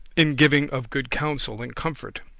in giving of good counsel and comfort,